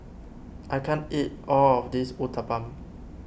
I can't eat all of this Uthapam